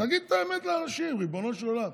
תגיד את האמת לאנשים, ריבונו של עולם.